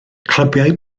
clybiau